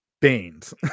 baines